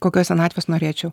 kokios senatvės norėčiau